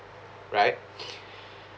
right